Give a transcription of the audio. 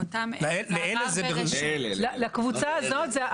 לקבוצה הזאת.